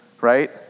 right